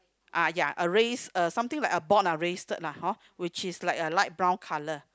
ah ya a raise a something like a board lah raised lah hor which is like a light brown color